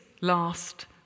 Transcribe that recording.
last